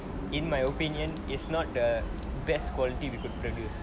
in my opinion is not the best quality we could produce